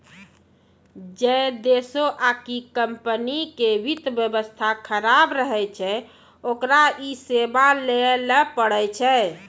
जै देशो आकि कम्पनी के वित्त व्यवस्था खराब रहै छै ओकरा इ सेबा लैये ल पड़ै छै